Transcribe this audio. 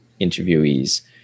interviewees